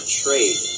trade